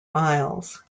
miles